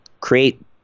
create